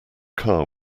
car